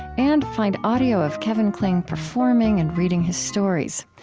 and find audio of kevin kling performing and reading his stories.